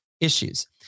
issues